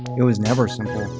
it was never simple.